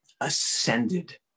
ascended